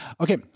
Okay